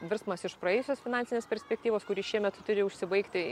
virsmas iš praėjusios finansinės perspektyvos kuri šiemet turi užsibaigti